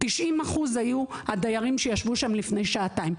90% היו הדיירים שישבו שם לפני שעתיים.